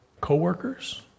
coworkers